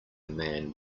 man